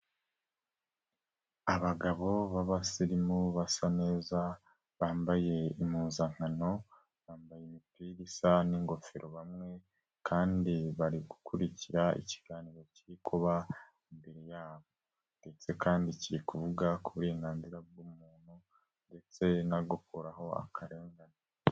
Abagabo babasirimu basa neza, bambaye impuzankano, bambaye imipira isa n'ingofero bamwe, kandi bari gukurikira ikiganiro kiri kuba, imbere yabo. Ndetse kandi kiri kuvuga ku burenganzira bw'umuntu, ndetsea no gukuraho akarengane.